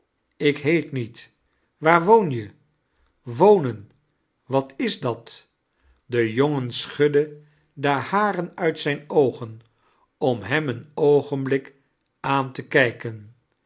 ik heet niet waar woon je wonen wat is dat de jongen schudde de haren uit zqn oogea om hem een oogenfolik aan te kijken